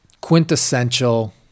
quintessential